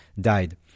died